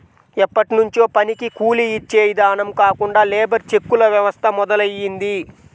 ఎప్పట్నుంచో పనికి కూలీ యిచ్చే ఇదానం కాకుండా లేబర్ చెక్కుల వ్యవస్థ మొదలయ్యింది